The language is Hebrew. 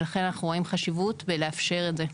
ולכן אנחנו רואים חשיבות בלאפשר את זה.